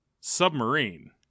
Submarine